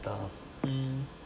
um mm